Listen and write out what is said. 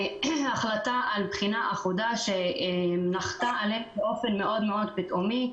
מהחלטה על בחינה אחודה שנחתה עלינו באופן מאוד מאוד פתאומי,